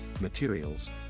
materials